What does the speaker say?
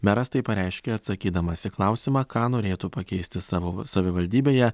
meras tai pareiškė atsakydamas į klausimą ką norėtų pakeisti savo savivaldybėje